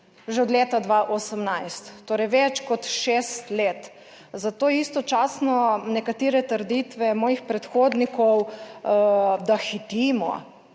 že od leta 2018, torej več kot šest let, zato istočasno nekatere trditve mojih predhodnikov da hitimo.